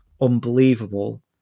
unbelievable